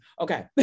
Okay